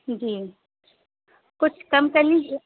جی کچھ کم کر لیجیے